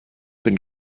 been